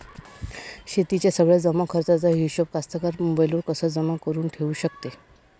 शेतीच्या सगळ्या जमाखर्चाचा हिशोब कास्तकार मोबाईलवर कसा जमा करुन ठेऊ शकते?